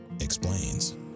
explains